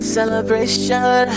Celebration